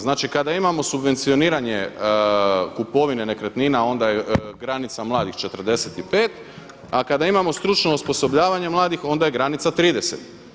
Znači kada imamo subvencioniranje kupovine nekretnina onda je granica mladih 45, a kada imamo stručno osposobljavanje mladih onda je granica 30.